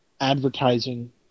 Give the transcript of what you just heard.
advertising